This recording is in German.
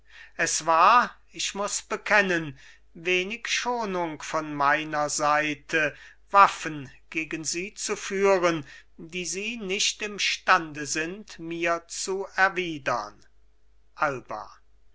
es war ich muß bekennen wenig schonung von meiner seite waffen gegen sie zu führen die sie nicht imstande sind mir zu erwidern alba